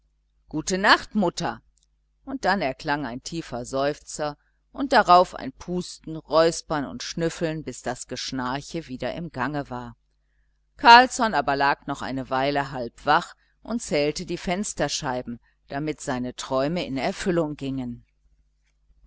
gute nacht mutter und dann erklang ein tiefer seufzer und darauf ein pusten räuspern und schnüffeln bis das geschnarche wieder im gange war carlsson aber lag noch eine weile halbwach und zählte die fensterscheiben damit seine träume in erfüllung gingen